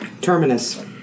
Terminus